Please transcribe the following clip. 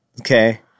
Okay